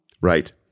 Right